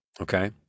Okay